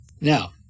Now